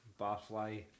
barfly